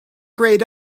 grayed